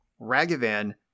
Ragavan